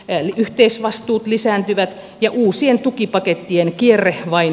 eli yhteisvastuut lisääntyvät ja uusien tukipakettien kierre voi